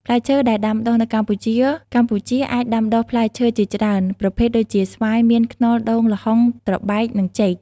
ផ្លែឈើដែលដាំដុះនៅកម្ពុជាកម្ពុជាអាចដាំដុះផ្លែឈើជាច្រើនប្រភេទដូចជា ស្វាយ មៀន ខ្នុរ ដូង ល្ហុង ត្របែក និងចេក។